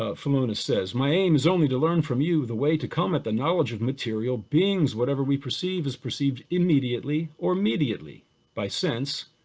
ah philonous says, my aim is only to learn from you the way to come at the knowledge of material beings, whatever we perceive is perceived immediately or mediately by sense,